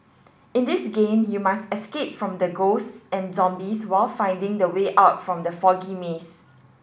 in this game you must escape from the ghosts and zombies while finding the way out from the foggy maze